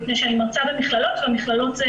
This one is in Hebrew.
מפני שאני מרצה במכללות כשכירה.